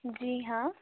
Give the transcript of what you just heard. जी हाँ